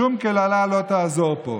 שום קללה לא תעזור פה.